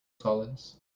solids